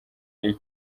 ari